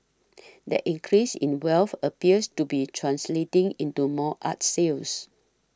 that increase in wealth appears to be translating into more art sales